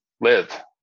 live